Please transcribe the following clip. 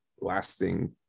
lasting